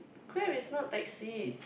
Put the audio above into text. Grab is not taxi